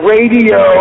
Radio